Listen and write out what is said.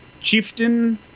chieftain